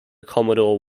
commodore